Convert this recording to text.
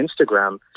Instagram